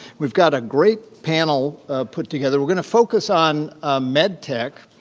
we've got a great panel put together. we're going to focus on med tech.